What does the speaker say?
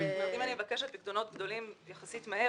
אני מבקשת פיקדונות גדולים יחסית מהר,